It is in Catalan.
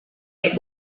què